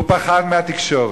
הוא פחד מהתקשורת.